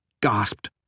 gasped